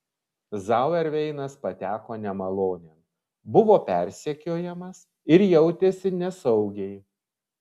zauerveinas pateko nemalonėn buvo persekiojamas ir jautėsi nesaugiai